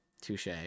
Touche